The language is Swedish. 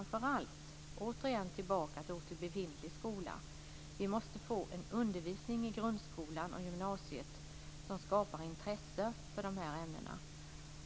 Men återigen till befintlig skola: Vi måste få en undervisning i grundskolan och gymnasiet som skapar intresse för dessa ämnen.